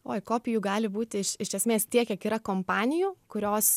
oi kopijų gali būt iš iš esmės tiek kiek yra kompanijų kurios